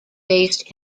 based